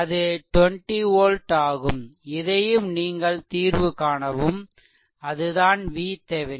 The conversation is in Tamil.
அது 20 volt ஆகும் இதையும் நீங்கள் தீர்வு காணவும் அது தான் VThevenin